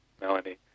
Melanie